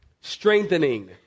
Strengthening